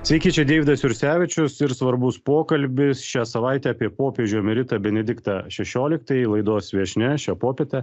sveiki čia deividas jursevičius ir svarbus pokalbis šią savaitę apie popiežių emeritą benediktą šešioliktąjį laidos viešnia šią popietę